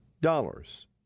dollars